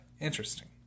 Interesting